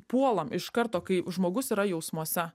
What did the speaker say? puolam iš karto kai žmogus yra jausmuose